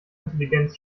intelligenz